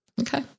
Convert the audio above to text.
Okay